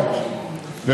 התרבות,